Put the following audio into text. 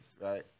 right